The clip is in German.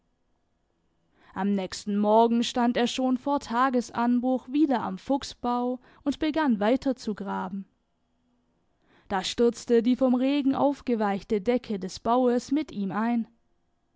am nächsten morgen stand er schon vor tagesanbruch wieder am fuchsbau und begann weiterzugraben da stürzte die vom regen aufgeweichte decke des baues mit ihm ein